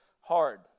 hard